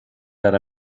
that